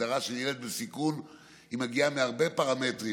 הגדרה של ילד בסיכון מגיעה מהרבה פרמטרים.